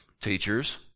Teachers